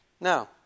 Now